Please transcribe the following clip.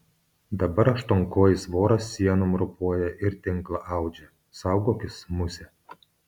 dabar aštuonkojis voras sienom ropoja ir tinklą audžia saugokis muse